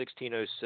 1606